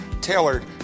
tailored